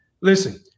Listen